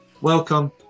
Welcome